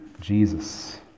Jesus